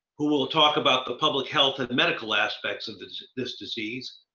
who will talk about the public health and medical aspects of this this disease.